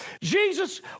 Jesus